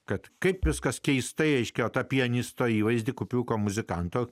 kad kaip viskas keistai iškeltą pianisto įvaizdį kupriuko muzikanto